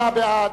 28 בעד,